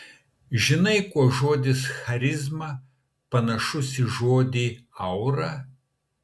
žinai kuo žodis charizma panašus į žodį aura